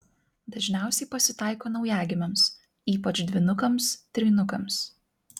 dažniausiai pasitaiko naujagimiams ypač dvynukams trynukams